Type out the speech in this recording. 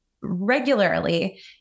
regularly